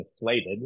inflated